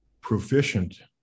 proficient